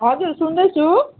हजुर सुन्दैछु